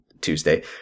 Tuesday